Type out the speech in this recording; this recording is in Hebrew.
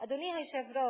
אדוני היושב-ראש,